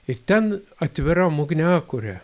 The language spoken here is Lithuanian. ir ten atviram ugniakure